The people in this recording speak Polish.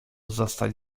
zostać